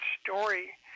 story